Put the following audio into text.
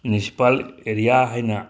municipal area ꯍꯥꯏꯅ